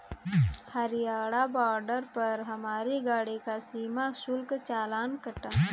Haryana border पर हमारी गाड़ी का सीमा शुल्क चालान कटा